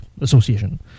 Association